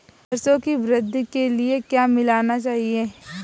सरसों की वृद्धि के लिए क्या मिलाना चाहिए?